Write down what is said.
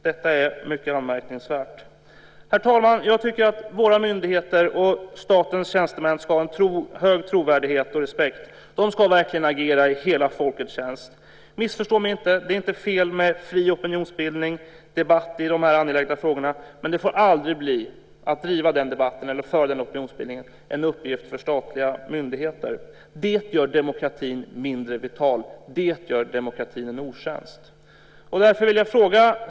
Detta är mycket anmärkningsvärt. Herr talman! Våra myndigheter och statens tjänstemän ska ha en hög trovärdighet och respekt. De ska verkligen agera i hela folkets tjänst. Missförstå mig inte. Det är inte fel med fri opinionsbildning och debatt i de här angelägna frågorna, men det får aldrig bli en uppgift för statliga myndigheter att driva debatt eller föra opinionsbildning. Det gör demokratin mindre vital. Det gör demokratin en otjänst.